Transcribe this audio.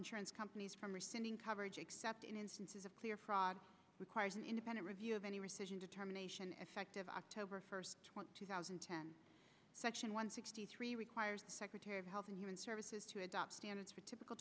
insurance companies from rescinding coverage except in instances of clear fraud requires an independent review of any rescission determination effective october first two thousand and ten section one sixty three requires secretary of health and human services to adopt standards for typical